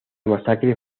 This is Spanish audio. masacre